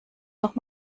noch